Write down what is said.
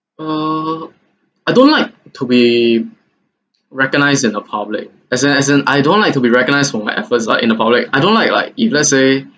uh I don't like to be recognised in a public as in as in I don't like to be recognised for my efforts like in the public I don't like like if let's say